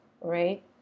right